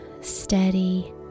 Steady